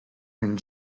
and